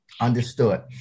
Understood